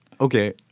Okay